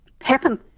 happen